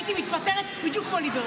הייתי מתפטרת בדיוק כמו ליברמן,